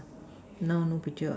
now no picture what